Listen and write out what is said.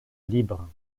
libre